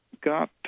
got